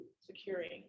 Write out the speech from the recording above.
securing